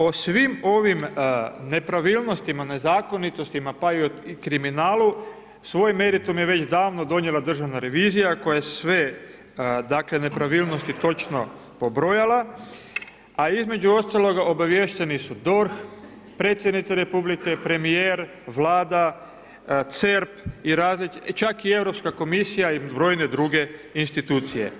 O svim ovim nepravilnostima, nezakonitostima pa i kriminalu svoj meritum je već davno donijela Državna revizija koja sve, dakle nepravilnosti točno pobrojala, a između ostaloga obaviješteni su DORH, Predsjednica Republike, premijer, Vlada, CERP, čak i Europska komisija i brojne druge institucije.